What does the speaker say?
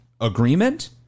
agreement